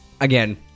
again